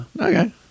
Okay